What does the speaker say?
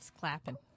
Clapping